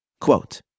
Quote